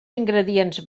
ingredients